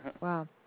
Wow